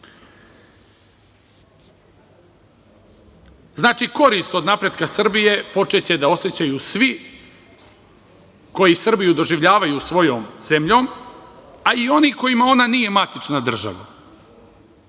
Znači, korist od napretka Srbije počeće da osećaju svi koji Srbiju doživljavaju svojom zemljom, a i oni kojima ona nije matična država.